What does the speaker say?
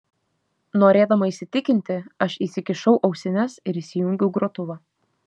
norėdama įsitikinti aš įsikišau ausines ir įsijungiau grotuvą